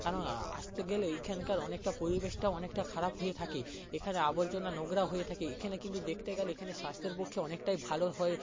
কারণ আসতে গেলে এখানকার অনেকটা পরিবেশটা অনেকটা খারাপ হয়ে থাকে এখানে আবর্জনা নোংরা হয়ে থাকে এখানে কিন্তু দেখতে গেলে এখানে স্বাস্থ্যের পক্ষে অনেকটাই ভালো হয়